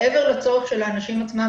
מעבר לצורך של האנשים עצמם,